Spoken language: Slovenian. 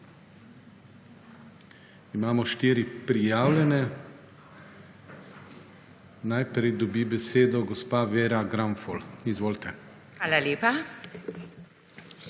Imamo štiri prijavljene. Najprej dobi besedo gospa Vera Granfol. Izvolite. VERA